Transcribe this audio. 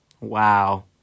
Wow